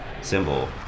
symbol